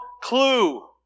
clue